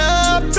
up